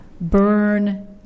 burn